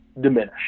diminish